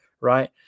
right